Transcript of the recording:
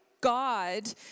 God